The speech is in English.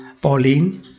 Pauline